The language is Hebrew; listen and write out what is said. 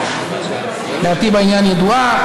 דעתי בעניין ידועה,